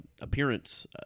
appearance